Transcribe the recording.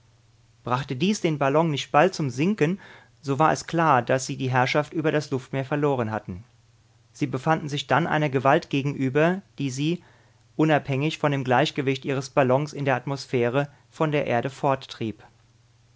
brachte dies den ballon nicht bald zum sinken so war es klar daß sie die herrschaft über das luftmeer verloren hatten sie befanden sich dann einer gewalt gegenüber die sie unabhängig von dem gleichgewicht ihres ballons in der atmosphäre von der erde